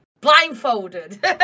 blindfolded